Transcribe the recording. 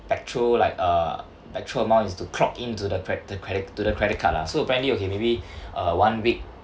petrol like uh petrol amount is to clock into the cre~ the credit to the credit card lah so apparently okay maybe uh one week